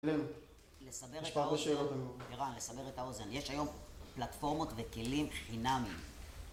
ערן, לסבר את האוזן, יש היום פלטפורמות וכלים חינמיים